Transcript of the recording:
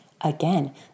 Again